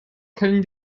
können